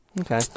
Okay